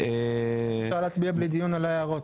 איך אפשר להצביע בלי דיון על ההערות,